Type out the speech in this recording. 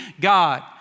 God